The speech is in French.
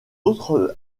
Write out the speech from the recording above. autre